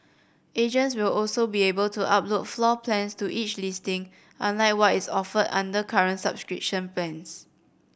agents will also be able to upload floor plans to each listing unlike what is offered under current subscription plans